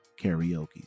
karaoke